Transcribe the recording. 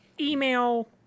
email